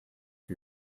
for